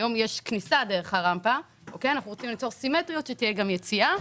היום יש כניסה דרך הרמפה ואנחנו רוצים ליצור סימטריה שתהיה גם יציאה.